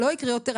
שלא יקרה יותר.